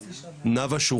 נאוה.